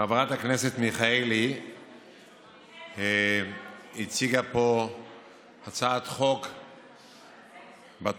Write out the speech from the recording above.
חברת הכנסת מיכאלי הציגה פה הצעת חוק בתחום,